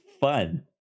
fun